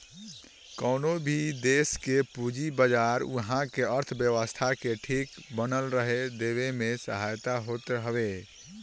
कवनो भी देस के पूंजी बाजार उहा के अर्थव्यवस्था के ठीक बनल रहे देवे में सहायक होत हवे